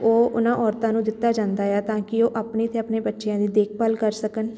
ਉਹ ਉਹਨਾਂ ਔਰਤਾਂ ਨੂੰ ਦਿੱਤਾ ਜਾਂਦਾ ਆ ਤਾਂ ਕਿ ਉਹ ਆਪਣੀ ਅਤੇ ਆਪਣੇ ਬੱਚਿਆਂ ਦੀ ਦੇਖਭਾਲ ਕਰ ਸਕਣ